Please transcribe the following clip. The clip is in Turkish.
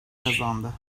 kazandı